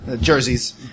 jerseys